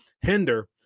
hinder